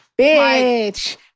Bitch